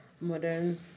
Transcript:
modern